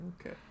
Okay